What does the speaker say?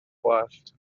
gwallt